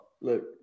look